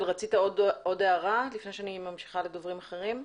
הערה אחת.